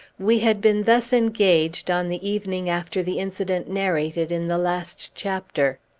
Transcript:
we had been thus engaged on the evening after the incident narrated in the last chapter.